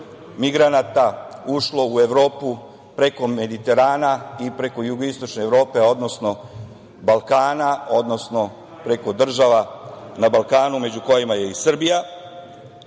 migranata ušlo u Evropu preko Mediterana i preko jugoistočne Evrope, odnosno Balkana, odnosno preko država na Balkanu, među kojima je i Srbija,